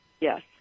Yes